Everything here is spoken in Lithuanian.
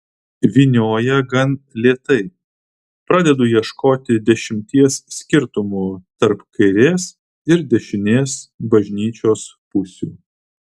vynioja gan lėtai pradedu ieškoti dešimties skirtumų tarp kairės ir dešinės bažnyčios pusių